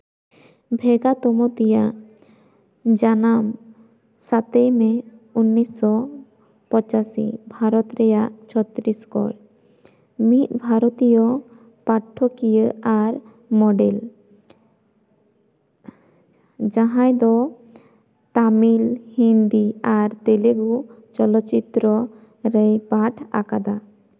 ᱵᱷᱮᱜᱟ ᱛᱩᱢᱩᱛᱤᱭᱟᱹ ᱡᱟᱱᱟᱢ ᱥᱟᱛᱮᱭ ᱢᱮ ᱩᱱᱤᱥᱥᱚ ᱯᱚᱸᱪᱟᱥᱤ ᱵᱷᱟᱨᱚᱛ ᱨᱮᱭᱟᱜ ᱪᱷᱚᱛᱨᱤᱥᱜᱚᱲ ᱢᱤᱫ ᱵᱷᱟᱨᱚᱛᱤᱭᱚ ᱯᱟᱴᱷᱚᱠᱤᱭᱟᱹ ᱟᱨ ᱢᱳᱰᱮᱞ ᱡᱟᱦᱟᱸᱭ ᱫᱚ ᱛᱟᱹᱢᱤᱞ ᱦᱤᱱᱫᱤ ᱟᱨ ᱛᱮᱞᱮᱜᱩ ᱪᱚᱞᱚᱪᱤᱛᱨᱚ ᱨᱮᱭ ᱯᱟᱴᱷ ᱟᱠᱟᱫᱟ